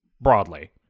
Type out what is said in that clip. broadly